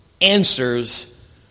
answers